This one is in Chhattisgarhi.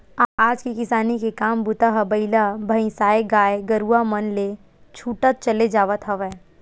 आज के किसानी के काम बूता ह बइला भइसाएगाय गरुवा मन ले छूटत चले जावत हवय